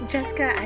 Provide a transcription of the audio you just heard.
Jessica